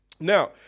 Now